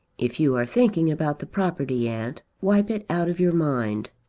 if you are thinking about the property, aunt, wipe it out of your mind.